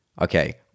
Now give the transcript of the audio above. okay